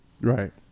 Right